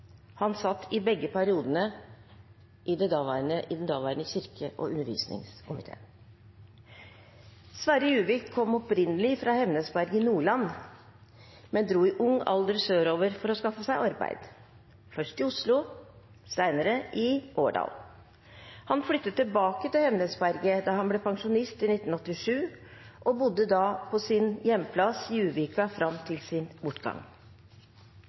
Han satt i begge periodene i den daværende kirke- og undervisningskomiteen. Sverre Juvik kom opprinnelig fra Hemnesberget i Nordland, men dro i ung alder sørover for å skaffe seg arbeid, først i Oslo, senere i Årdal. Han flyttet tilbake til Hemnesberget da han ble pensjonist i 1987, og bodde på sin hjemplass Juvika fram til sin bortgang.